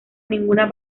ninguna